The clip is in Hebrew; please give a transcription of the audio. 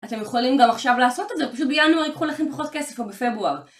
אתם יכולים גם עכשיו לעשות את זה, פשוט בינואר ייקחו לכם פחות כסף או בפברואר.